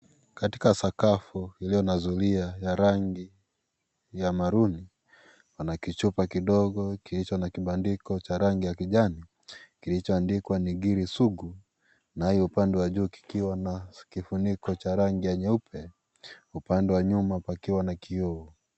Katika sakafu iliyo na zulia ya rangi ya maroon pana kichupa kidogo kilicho na kibandiko cha rangi ya kijani, kilichoandikwa Ngiri Sugu naye upande wa juu kikiwa na kifuniko cha rangi ya nyeupe, upande wa nyuma pakiwa na kioo.